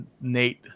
Nate